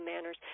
manners